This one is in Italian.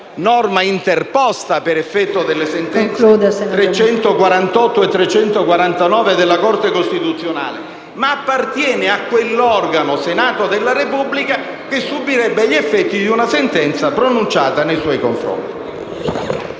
norma interposta per effetto delle sentenze n. 348 e 349 del 2007 della Corte costituzionale, ma appartiene a quell'organo, Senato della Repubblica, che subirebbe gli effetti di una sentenza pronunciata nei suoi confronti.